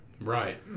Right